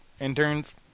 interns